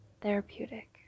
therapeutic